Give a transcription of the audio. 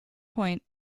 point